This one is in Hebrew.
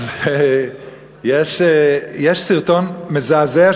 יש סרטון מזעזע,